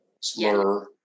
slur